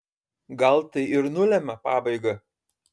gal tai ir nulemia pabaigą